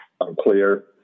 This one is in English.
unclear